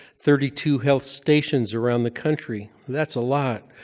thirty two health stations around the country. that's a lot.